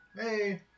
Hey